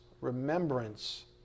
Remembrance